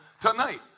tonight